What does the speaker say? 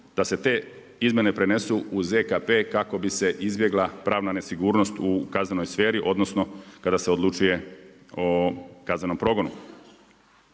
da se te izmjene prenesu u ZKP kako bi se izbjegla pravna nesigurnost u kaznenoj sferi, odnosno kada se odlučuje o kaznenom progonu.